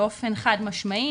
באופן חד משמעי,